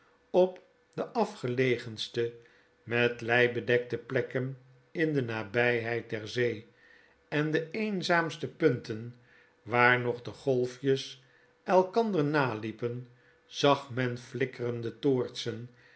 op de afgelegenste met lei bedekte plekken in de nabgheid der zee en de eenzaamste punten waar nog de golfjes elkander naliepen zag men flikkerende toortsen